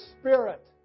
Spirit